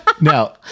Now